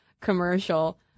commercial